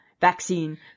Vaccine